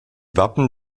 wappen